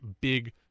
big